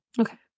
Okay